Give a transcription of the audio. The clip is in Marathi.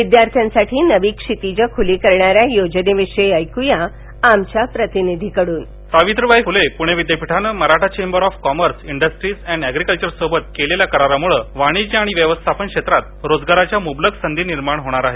विद्यार्थ्यांसाठी नवी क्षितिजं खुली करणाऱ्या योजनेविषयी ऐकूया आमच्या प्रतिनिधीकडून सावित्रीबाई फुले पूणे विद्यापीठानं Maratha chamber of commerce industries and agriculture सोबत केलेल्या करारामुळे वाणिज्य आणि व्यवस्थापन क्षेञात रोजगाराच्या मुबलक संधी निर्माण होणार आहेत